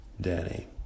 Danny